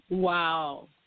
Wow